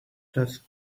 das